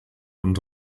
und